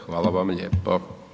Hvala vam lijepo.